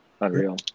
unreal